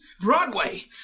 Broadway